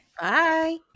bye